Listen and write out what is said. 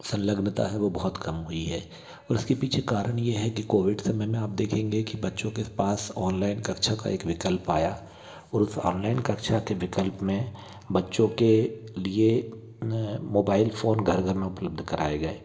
संलग्नता है वो बहुत कम हुई है और उसके पीछे कारण ये है कि कोविड समय में आप देखेंगे कि बच्चों के पास ऑनलाइन कक्षा का एक विकल्प आया और उस ऑनलाइन कक्षा के विकल्प में बच्चों के लिए मोबाइल फ़ोन घर घर में उपलब्ध कराए गए